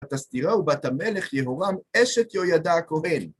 ותסתירהו בת המלך יהורם אשת יהוידע הכהן